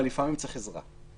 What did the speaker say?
אבל לפעמים צריך עזרה,